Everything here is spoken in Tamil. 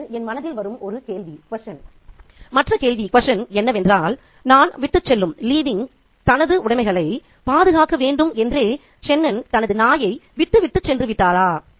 எனவே இது என் மனதில் வரும் ஒரு கேள்வி மற்ற கேள்வி என்னவென்றால் தான் விட்டுச்செல்லும் தனது உடைமைகளை பாதுகாக்க வேண்டும் என்றே சென்னன் தனது நாயை விட்டுவிட்டு சென்று விட்டாரா